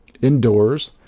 Indoors